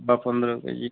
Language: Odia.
ଦଶ ପନ୍ଦର କେଜି